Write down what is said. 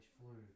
flu